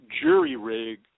jury-rig